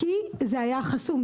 הקו היה חסום.